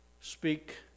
speak